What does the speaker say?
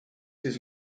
his